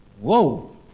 Whoa